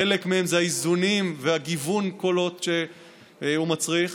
חלק מהם זה האיזונים וגיוון הקולות שהוא מצריך.